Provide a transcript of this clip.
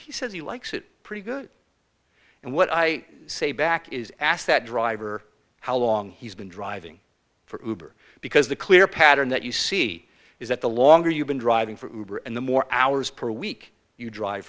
he says he likes it pretty good and what i say back is ask that driver how long he's been driving for because the clear pattern that you see is that the longer you've been driving for and the more hours per week you drive